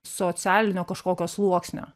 socialinio kažkokio sluoksnio